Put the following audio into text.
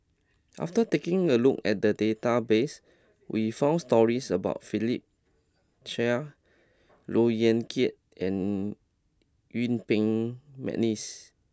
after taking a look at the database we found stories about Philip Chia Look Yan Kit and Yuen Peng McNeice